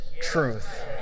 truth